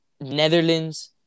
Netherlands